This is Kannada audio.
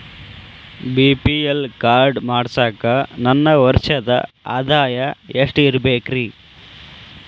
ಬಿ.ಪಿ.ಎಲ್ ಕಾರ್ಡ್ ಮಾಡ್ಸಾಕ ನನ್ನ ವರ್ಷದ್ ಆದಾಯ ಎಷ್ಟ ಇರಬೇಕ್ರಿ?